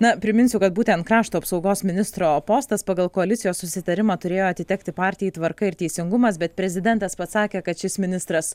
na priminsiu kad būtent krašto apsaugos ministro postas pagal koalicijos susitarimą turėjo atitekti partijai tvarka ir teisingumas bet prezidentas pats sakė kad šis ministras